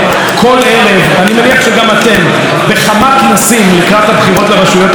בכמה כנסים לקראת הבחירות לרשויות המקומיות בעוד שבועיים ויום אחד.